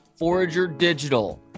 ForagerDigital